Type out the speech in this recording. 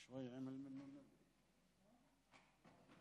אם כן,